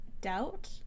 doubt